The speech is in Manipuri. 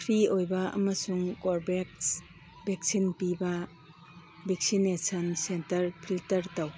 ꯐ꯭ꯔꯤ ꯑꯣꯏꯕ ꯑꯃꯁꯨꯡ ꯀꯣꯔꯕꯦꯛꯁ ꯚꯦꯛꯁꯤꯟ ꯄꯤꯕ ꯚꯦꯛꯁꯤꯅꯦꯁꯟ ꯁꯦꯟꯇꯔ ꯐꯤꯜꯇꯔ ꯇꯧ